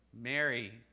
Mary